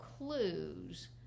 Clues